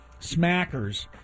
smackers